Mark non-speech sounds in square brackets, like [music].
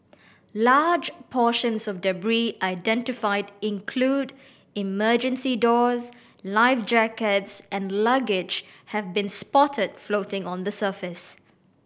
large portions of [unintelligible] identified include emergency doors life jackets and luggage have been spotted floating on the surface